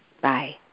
bye